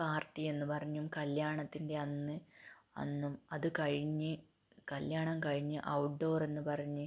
party എന്ന് പറഞ്ഞും കല്യാണത്തിൻ്റെ അന്ന് അന്നും അത് കഴിഞ്ഞ് കല്യാണം കഴിഞ്ഞ് ഔട്ട് ഡോർ എന്ന് പറഞ്ഞ്